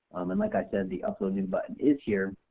um and like i said the uploading button is here